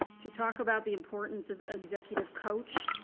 to talk about the importance of executive coach